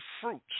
fruits